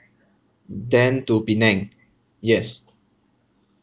then to penang yes